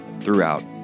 throughout